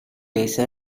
பேச